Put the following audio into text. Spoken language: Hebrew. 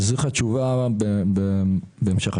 אני אחזיר לך תשובה בהמשך השבוע.